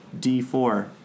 d4